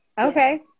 okay